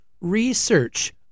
research